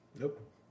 Nope